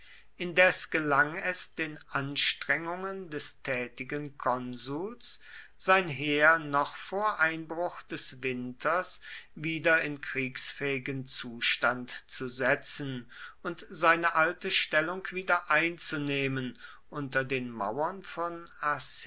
indes gelang es den anstrengungen des tätigen konsuls sein heer noch vor einbruch des winters wieder in kriegsfähigen zustand zu setzen und seine alte stellung wieder einzunehmen unter den mauern von